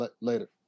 Later